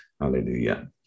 Hallelujah